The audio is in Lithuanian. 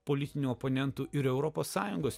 politinių oponentų ir europos sąjungos